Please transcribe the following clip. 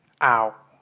out